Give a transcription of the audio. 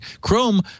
Chrome